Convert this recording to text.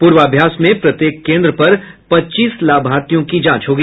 पूर्वाभ्यास में प्रत्येक केंद्र पर पच्चीस लाभार्थियों की जांच होगी